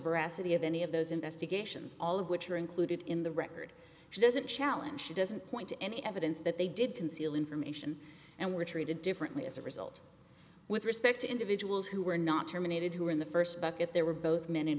veracity of any of those investigations all of which are included in the record she doesn't challenge she doesn't point to any evidence that they did conceal information and were treated differently as a result with respect to individuals who were not terminated who were in the first bucket there were both men and